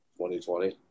2020